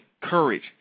courage